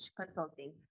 consulting